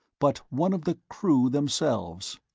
but one of the crew themselves.